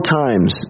times